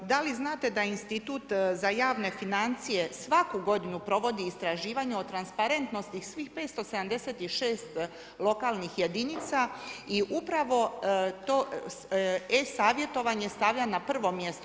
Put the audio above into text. Da li znate da institut za javne financije, svaku godinu provodi istraživanje o transparentnosti svih 576 lokalnih jedinica i upravo to e-savjetovanje stavlja na prvo mjesto.